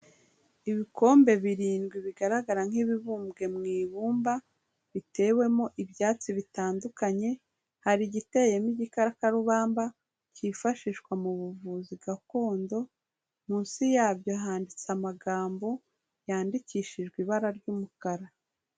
Ibikombe birindwi bigaragara nk'ibibumbwe mu ibumba, bitewemo ibyatsi bitandukanye, hari igiteyemo igikakarubamba cyifashishwa mu buvuzi gakondo, munsi yabyo handitse amagambo, yandikishijwe ibara ry'umukara.